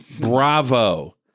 bravo